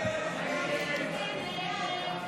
ההסתייגויות